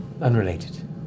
unrelated